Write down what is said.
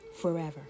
forever